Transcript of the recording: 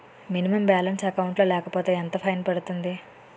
Minimum balance account లో లేకపోతే ఎంత ఫైన్ పడుతుంది?